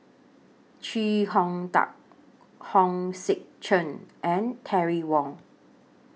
Chee Hong Tat Hong Sek Chern and Terry Wong